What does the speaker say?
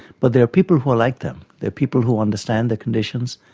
but there are people who like them, there are people who understand the conditions,